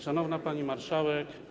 Szanowna Pani Marszałek!